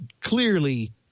clearly –